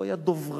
הוא היה דוברו